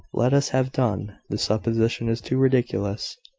let us have done. the supposition is too ridiculous.